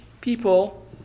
people